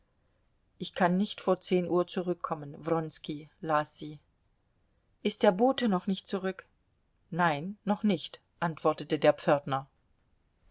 ich kann nicht vor zehn uhr zurückkommen wronski las sie ist der bote noch nicht zurück nein noch nicht antwortete der pförtner